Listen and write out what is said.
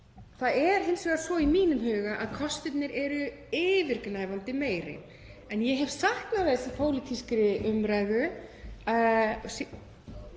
Það er hins vegar svo í mínum huga að kostirnir eru yfirgnæfandi fleiri. En ég hef saknað þess í pólitískri umræðu hvað